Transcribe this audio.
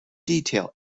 detail